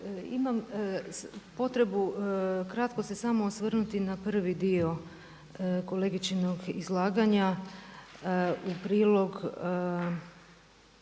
Imam potrebu kratko se samo osvrnuti na prvi dio kolegičinog izlaganja. U prilog